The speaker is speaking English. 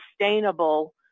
sustainable